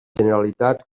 generalitat